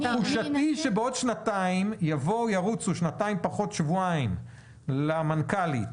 תחושתי היא שבעוד שנתיים ירוצו שנתיים פחות שבועיים למנכ"לית